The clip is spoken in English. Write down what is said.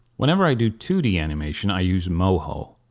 whenever i do two d animation i use moho.